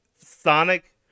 Sonic